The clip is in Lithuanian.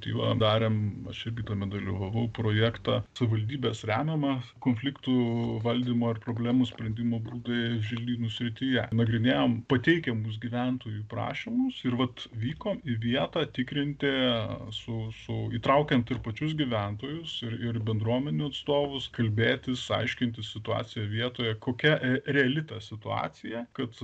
tai va darėm aš irgi tame dalyvavau projektą savivaldybės remiamą konfliktų valdymo ir problemų sprendimo būdai želdynų srityje nagrinėjom pateikiamus gyventojų prašymus ir vat vykom į vietą tikrinti su su įtraukiant ir pačius gyventojus ir ir bendruomenių atstovus kalbėtis aiškintis situaciją vietoje kokia reali ta situacija kad